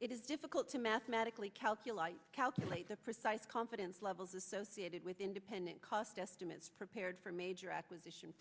it is difficult to mathematically calculate calculate the precise confidence levels associated with independent cost estimates prepared for major acquisition